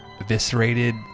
eviscerated